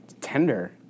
Tender